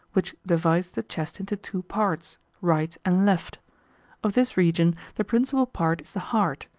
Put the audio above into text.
which divides the chest into two parts, right and left of this region the principal part is the heart,